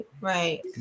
right